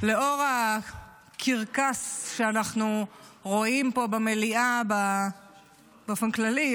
לאור הקרקס שאנחנו רואים פה במליאה באופן כללי,